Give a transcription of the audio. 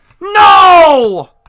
no